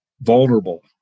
vulnerable